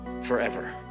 forever